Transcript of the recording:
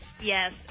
Yes